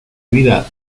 vida